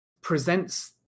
presents